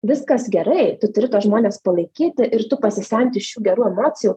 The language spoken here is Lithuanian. viskas gerai tu turi tuos žmones palaikyti ir tu pasisemti iš jų gerų emocijų